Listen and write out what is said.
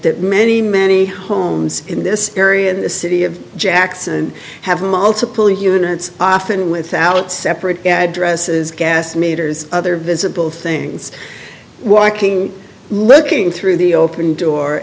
that many many homes in this area in the city of jackson have multiple units often without separate addresses gas meters other visible things wiking looking through the open door